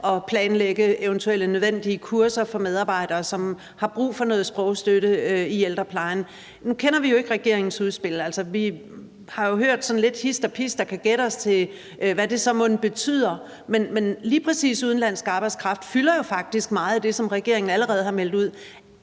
at planlægge eventuelle nødvendige kurser for medarbejdere i ældreplejen, som har brug for noget sprogstøtte. Nu kender vi jo ikke regeringens udspil. Vi har hørt lidt hist og pist og kan gætte os til, hvad det mon så betyder, men lige præcis udenlandsk arbejdskraft fylder jo faktisk meget i det, som regeringen allerede har meldt ud.